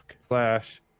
slash